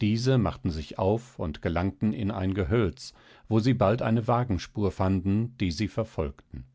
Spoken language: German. diese machten sich auf und gelangten in ein gehölz wo sie bald eine wagenspur fanden die sie verfolgten